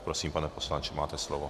Prosím, pane poslanče, máte slovo.